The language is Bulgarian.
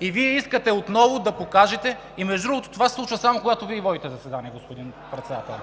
И Вие искате отново да покажете и, между другото, това се случва само когато Вие водите заседание, господин Председател.